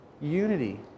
unity